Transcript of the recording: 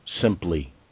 simply